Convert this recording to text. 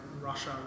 Russia